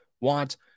want